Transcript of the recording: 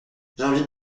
j’invite